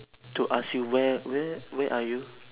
to ask you where where where are you